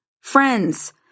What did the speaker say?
Friends